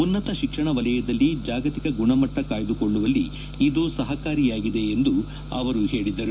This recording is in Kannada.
ಉನ್ನತ ಶಿಕ್ಷಣ ವಲಯದಲ್ಲಿ ಜಾಗತಿಕ ಗುಣಮಟ್ಟ ಕಾಯ್ದುಕೊಳ್ಳುವಲ್ಲಿ ಇದು ಸಹಾಯಕಾರಿಯಾಗಿದೆ ಎಂದು ಹೇಳಿದರು